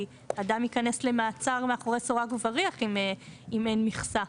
כי אדם ייכנס למעצר מאחורי סורג ובריח אם אין מכסה.